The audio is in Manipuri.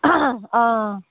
ꯑꯥ